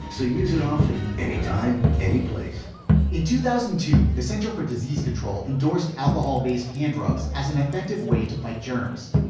so use it off at any time, any place in two thousand and two, the center for disease control endorsed alcohol based hand drugs as an effective way to fight germs.